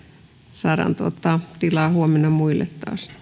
saadaan tilaa huomenna muille